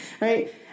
right